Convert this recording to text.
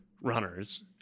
runners